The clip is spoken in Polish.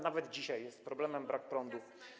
Nawet dzisiaj jest problemem brak prądu.